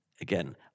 again